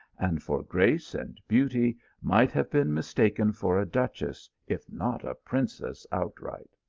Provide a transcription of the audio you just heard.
and for grace and beauty might have been mistaken for a duchess, if not a princess outright.